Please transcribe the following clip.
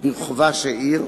ברחובה של עיר,